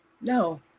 No